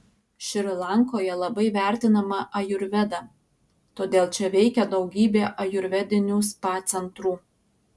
šri lankoje labai vertinama ajurveda todėl čia veikia daugybė ajurvedinių spa centrų